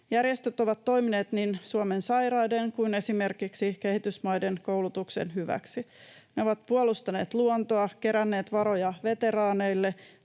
Järjestöt ovat toimineet niin Suomen sairaiden kuin esimerkiksi kehitysmaiden koulutuksen hyväksi. Ne ovat puolustaneet luontoa, keränneet varoja veteraaneille